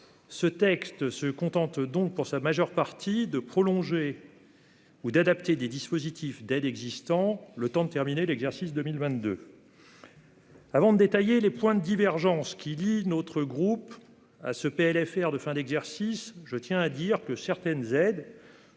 Il se contente donc, pour sa majeure partie, de prolonger ou d'adapter des dispositifs d'aide existants, le temps de terminer l'exercice 2022. Avant de détailler les points de divergences qui éloignent notre groupe de ce collectif budgétaire de fin d'exercice, je tiens néanmoins à dire que certaines aides